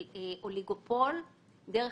נכון.